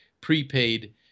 prepaid